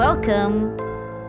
Welcome